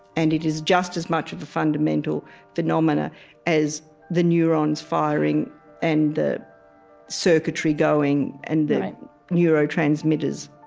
and it is just as much of the fundamental phenomena as the neurons firing and the circuitry going and the neurotransmitters.